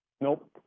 Nope